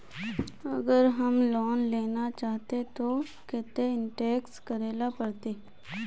अगर हम लोन लेना चाहते तो केते इंवेस्ट करेला पड़ते?